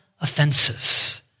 offenses